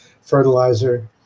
fertilizer